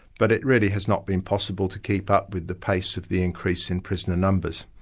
but it really has not been possible to keep up with the pace of the increase in prisoner numbers.